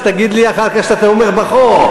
שתגיד לי אחר כך שאתה תומך בחוק,